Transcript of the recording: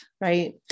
right